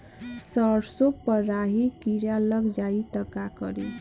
सरसो पर राही किरा लाग जाई त का करी?